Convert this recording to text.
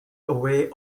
away